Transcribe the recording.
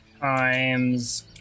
times